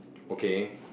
okay